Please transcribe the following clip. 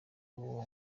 uwo